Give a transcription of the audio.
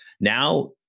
Now